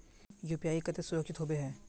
UPI केते सुरक्षित होबे है?